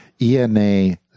ENA